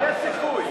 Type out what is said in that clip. יש סיכוי.